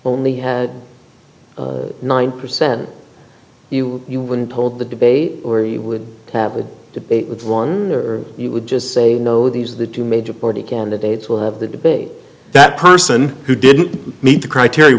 only nine percent of you you win told the debate or you would have a debate with one or you would just say no these are the two major party candidates will have the debate that person who didn't meet the criteria